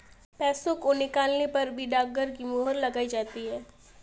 पैसों को निकालने पर भी डाकघर की मोहर लगाई जाती है